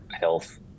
health